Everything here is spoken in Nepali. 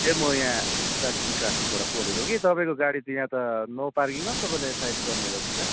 ए म यहाँ दार्जिलिङ ट्राफिकबाट बोलेको कि तपाईँको गाडी त यहाँ त नो पार्किङमा पो त तपाईँले साइड गर्नुभएछ त